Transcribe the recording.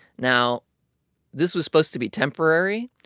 now this was supposed to be temporary,